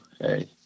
hey